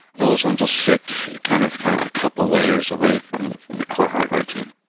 those ones will sit kind of a couple layers away from from the core hardware team.